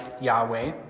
Yahweh